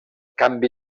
canvi